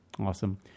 Awesome